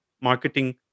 marketing